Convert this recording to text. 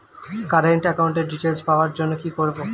Current একাউন্টের details পাওয়ার জন্য কি করব?